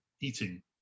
eating